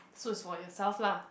so it's for yourself lah